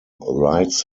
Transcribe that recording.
rights